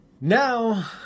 now